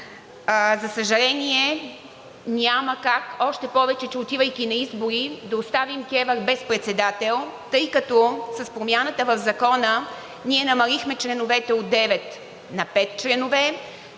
За съжаление, няма как, още повече че отивайки на избори, да оставим КЕВР без председател, тъй като с промяната в Закона ние намалихме членовете от девет